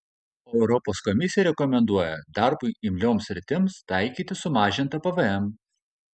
o europos komisija rekomenduoja darbui imlioms sritims taikyti sumažintą pvm